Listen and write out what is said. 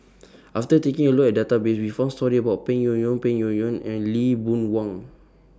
after taking A Look At The Database We found stories about Peng Yuyun Peng Yuyun and Lee Boon Wang